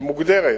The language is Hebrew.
היא מוגדרת,